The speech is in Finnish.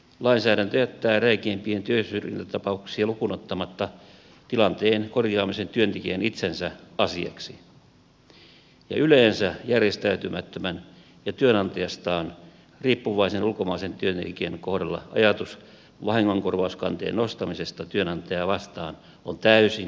lainsäädäntö jättää räikeimpiä työsyrjintätapauksia lukuun ottamatta tilanteen korjaamisen työntekijän itsensä asiaksi ja yleensä järjestäytymättömän ja työnantajastaan riippuvaisen ulkomaalaisen työntekijän kohdalla ajatus vahingonkorvauskanteen nostamisesta työnantajaa vastaan on täysin epärealistinen